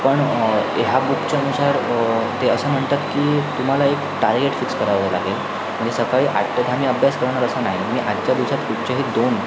पण ह्या बुकच्या नुसार ते असं म्हणतात की तुम्हाला एक टारगेट फिक्स करावं लागेल म्हणजे सकाळी आठ ते दहा मी अभ्यास करणार असं नाही मी आजच्या दिवसात कुठचेही दोन